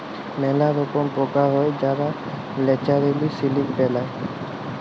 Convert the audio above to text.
ম্যালা রকম পকা হ্যয় যারা ল্যাচারেলি সিলিক বেলায়